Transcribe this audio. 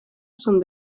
son